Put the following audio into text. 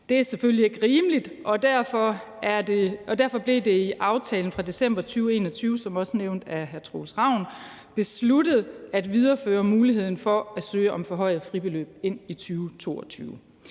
Det er selvfølgelig ikke rimeligt, og derfor blev det i aftalen fra december 2021, hvilket også blev nævnt af hr. Troels Ravn, besluttet at videreføre muligheden for at søge om forhøjet fribeløb ind i 2022.